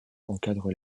encadrent